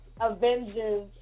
Avengers